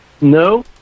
no